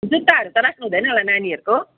जुत्ताहरू त राख्नु हुँदैन होला नानीहरूको